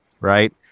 Right